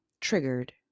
triggered